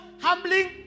Humbling